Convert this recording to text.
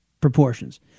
proportions